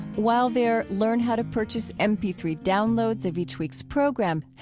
while there, learn how to purchase m p three downloads of each week's program.